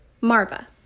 Marva